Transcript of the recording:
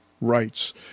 rights